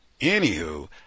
Anywho